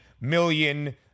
million